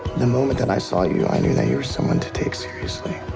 the moment that i saw you, i knew that you were someone to take seriously.